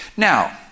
Now